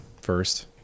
first